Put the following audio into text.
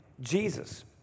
Jesus